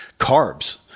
carbs